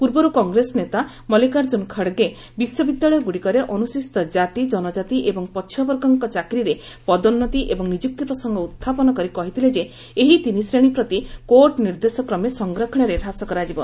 ପୂର୍ବରୁ କଂଗ୍ରେସ ନତୋ ମଲ୍ଲିକାର୍ଚ୍ଚୁନ ଖଡ଼ଗେ ବିଶ୍ୱବିଦ୍ୟାଳୟ ଗୁଡ଼ିକରେ ଅନୁସୂଚିତ କାତି କନଜାତି ଏବଂ ପଛୁଆବର୍ଗଙ୍କ ଚାକିରିରେ ପଦୋନ୍ନତି ଏବଂ ନିଯୁକ୍ତି ପ୍ରସଙ୍ଗ ଉତ୍ଥାପନ କରି କହିଥିଲେ ଯେ ଏହି ତିନି ଶ୍ରେଣୀ ପ୍ରତି କୋର୍ଟ ନିର୍ଦ୍ଦେଶ କ୍ରମେ ସଂରକ୍ଷଣରେ ହ୍ରାସ କରାଯିବ